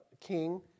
king